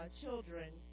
children